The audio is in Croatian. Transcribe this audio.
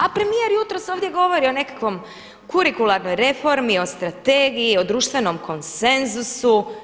A premijer jutros ovdje govori o nekakvoj kurikularnoj reformi, o strategiji, o društvenom konsenzusu.